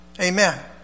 Amen